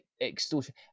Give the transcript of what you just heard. extortion